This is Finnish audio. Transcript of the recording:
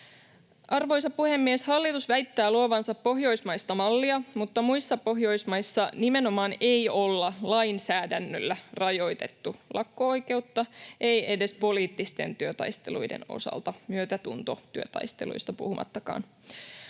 Arvoisa puhemies! Hallitus väittää luovansa pohjoismaista mallia, mutta muissa Pohjoismaissa nimenomaan ei olla lainsäädännöllä rajoitettu lakko-oikeutta, ei edes poliittisten työtaisteluiden osalta, myötätuntotyötaisteluista puhumattakaan.